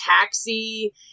taxi